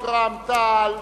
רע"ם-תע"ל,